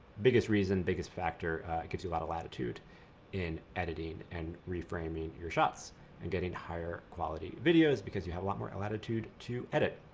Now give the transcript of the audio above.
biggest reason, biggest factor, it gives you a lot of latitude in editing and reframing your shots and getting higher quality videos because you have a lot more latitude to edit.